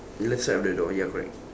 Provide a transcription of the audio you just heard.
left side of the door ya correct